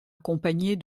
accompagnée